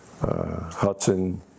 Hudson